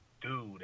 dude